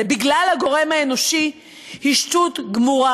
בגלל הגורם האנושי היא שטות גמורה.